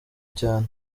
cyane